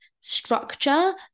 structure